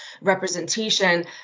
representation